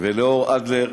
ולאור אדלר,